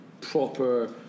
proper